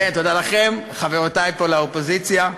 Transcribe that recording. תודה לכן, חברותי לאופוזיציה.